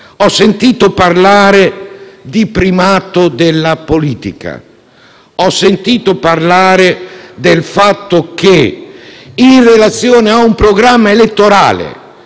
Ho sentito parlare di primato della politica, del fatto che, in relazione a un programma elettorale,